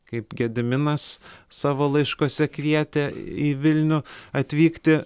kaip gediminas savo laiškuose kvietė į vilnių atvykti